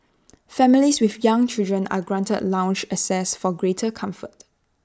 families with young children are granted lounge access for greater comfort